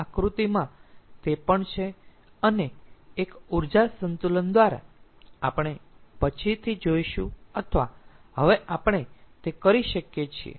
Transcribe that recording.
આ આકૃતિમાં તે પણ છે અને એક ઊર્જા સંતુલન દ્વારા આપણે પછીથી જોઈશું અથવા હવે આપણે તે કરી શકીએ છીએ